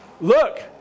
Look